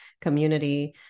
community